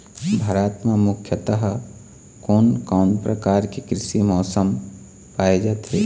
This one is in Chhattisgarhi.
भारत म मुख्यतः कोन कौन प्रकार के कृषि मौसम पाए जाथे?